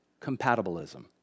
compatibilism